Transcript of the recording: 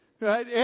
Right